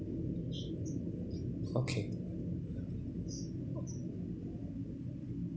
okay